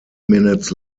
minutes